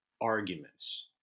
arguments